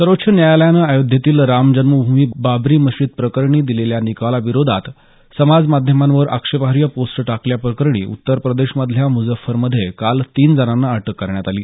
सर्वोच्च न्यायालयाने अयोध्येतील रामजन्मभूमी बाबरी मशीद प्रकरणी दिलेल्या निकालाविरोधात समाज माध्यमावर आक्षेपार्ह पोस्ट टाकल्याप्रकरणी उत्तर प्रदेशमधल्या मुजफ्फरनगरमध्ये काल तीन जणांना अटक करण्यात आली